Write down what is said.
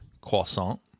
Croissant